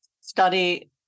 study